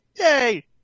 Yay